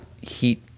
heat